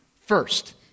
first